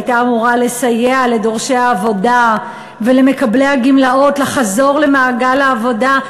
שהייתה אמורה לסייע לדורשי העבודה ולמקבלי הגמלאות לחזור למעגל העבודה,